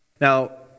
Now